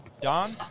Don